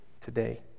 today